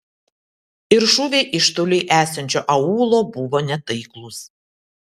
ir šūviai iš toli esančio aūlo buvo netaiklūs